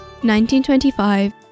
1925